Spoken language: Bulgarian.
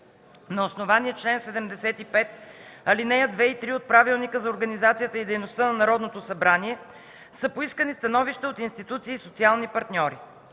На основание чл. 75, ал. 2 и 3 от Правилника за организацията и дейността на Народното събрание са поискани становища от институции и социални партньори.